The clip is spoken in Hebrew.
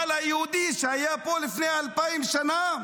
אבל ליהודי שהיה פה לפני 2,000 שנה,